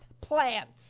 plants